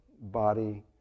body